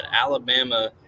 Alabama